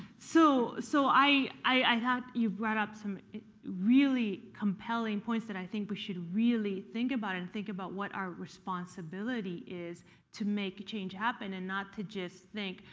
so so i i thought you brought up some really compelling points that i think we should really think about and think about what our responsibility is to make a change happen and not to just think,